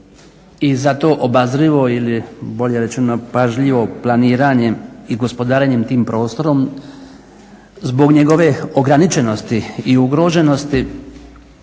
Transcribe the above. i zato obazrivo ili bolje rečeno pažljivo planiranje i gospodarenje tim prostorom zbog njegove ograničenosti i ugroženosti